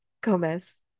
Gomez